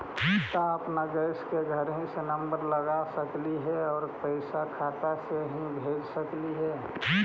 का अपन गैस के घरही से नम्बर लगा सकली हे और पैसा खाता से ही भेज सकली हे?